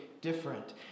different